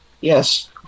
Yes